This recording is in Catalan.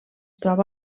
troba